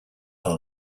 are